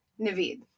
Naveed